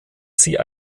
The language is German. sie